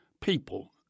people